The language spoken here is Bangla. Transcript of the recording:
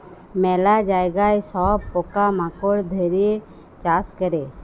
ম্যালা জায়গায় সব পকা মাকড় ধ্যরে চাষ ক্যরে